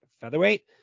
Featherweight